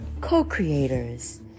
co-creators